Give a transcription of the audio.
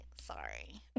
Sorry